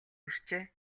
хүрчээ